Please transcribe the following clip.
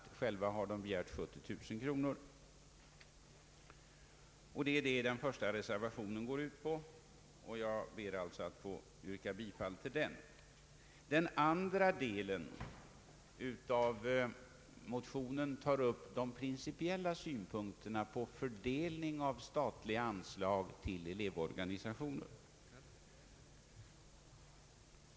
Själva har de begärt 70 000 kronor, men jag har alltså nöjt mig med att följa SÖ:s förslag. Jag ber att få yrka bifall till den reservationen. Den andra delen av motionen tar upp de principiella synpunkterna på fördel ningen av statliga anslag till elevorganisationer.